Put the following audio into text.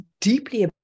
deeply